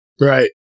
right